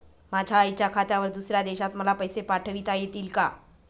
माझ्या आईच्या खात्यावर दुसऱ्या देशात मला पैसे पाठविता येतील का?